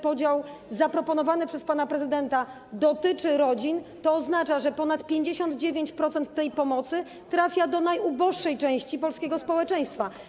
Podział zaproponowany przez pana prezydenta dotyczy rodzin, to oznacza, że ponad 59% tej pomocy trafia do najuboższej części polskiego społeczeństwa.